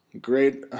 Great